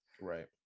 Right